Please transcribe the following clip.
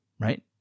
right